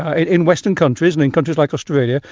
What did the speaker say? in western countries and in countries like australia,